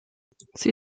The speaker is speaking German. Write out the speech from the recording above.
sie